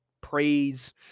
praise